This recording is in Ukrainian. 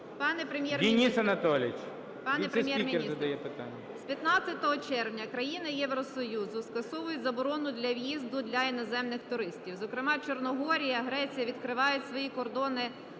Денис Анатолійович, віце-спікер задає питання.